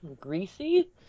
Greasy